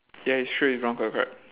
ya his shoe is brown colour correct